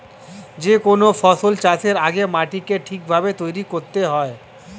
যে কোনো ফসল চাষের আগে মাটিকে ঠিক ভাবে তৈরি করতে হয়